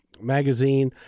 magazine